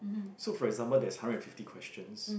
so for example there's hundred and fifty questions